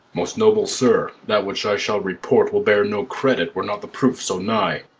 most noble sir, that which i shall report will bear no credit, were not the proof so nigh.